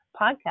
podcast